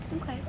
Okay